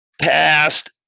past